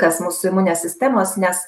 kas mūsų imuninės sistemos nes